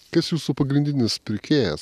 kas jūsų pagrindinis pirkėjas